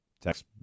text